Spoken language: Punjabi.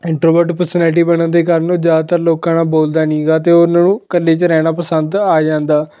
ਇੰਟਰੋਵਰਟ ਪਰਸਨੈਲਿਟੀ ਬਣਨ ਦੇ ਕਾਰਨ ਉਹ ਜ਼ਿਆਦਾਤਰ ਲੋਕਾਂ ਨਾਲ ਬੋਲਦਾ ਨਹੀਂ ਗਾ ਅਤੇ ਉਹ ਉਹਨਾਂ ਨੂੰ ਇਕੱਲੇ 'ਚ ਰਹਿਣਾ ਪਸੰਦ ਆ ਜਾਂਦਾ